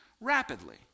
rapidly